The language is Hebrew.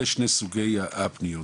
אלו שתי סוגי הפניות.